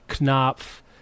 Knopf